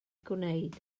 gwneud